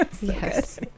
Yes